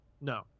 No